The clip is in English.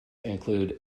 include